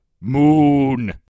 Moon